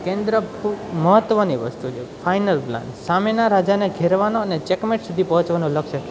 કેન્દ્ર ખૂબ મહત્ત્વની વસ્તુ છે ફાઇનલ પ્લાન સામેના રાજાને ઘેરવાનાને ચેકમેટ સુધી પહોંચવાનો લક્ષ